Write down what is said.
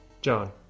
John